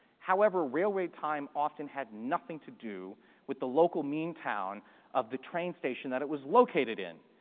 however, railway time often had nothing to do with the local mean town of the train station that it was located in.